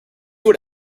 what